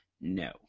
no